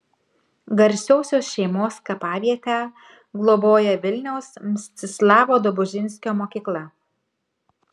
garsiosios šeimos kapavietę globoja vilniaus mstislavo dobužinskio mokykla